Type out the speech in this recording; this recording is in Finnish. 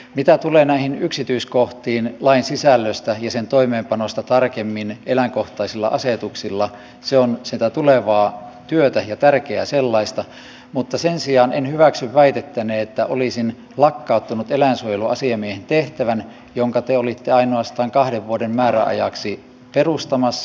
mitä tulee näihin yksityiskohtiin lain sisällöstä ja sen toimeenpanosta tarkemmin eläinkohtaisilla asetuksilla se on sitä tulevaa työtä ja tärkeää sellaista mutta sen sijaan en hyväksy väitettänne että olisin lakkauttanut eläinsuojeluasiamiehen tehtävän jonka te olitte ainoastaan kahden vuoden määräajaksi perustamassa